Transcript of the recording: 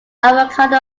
avocado